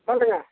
சொல்லுங்கள்